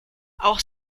auch